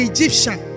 Egyptian